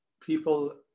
people